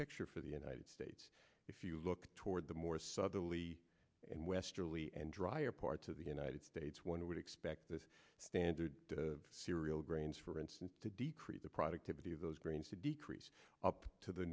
picture for the united states if you look toward the more southerly and westerly and drier parts of the united states one would expect that the standard cereal grains for instance to decrease the productivity of those grains to decrease up to the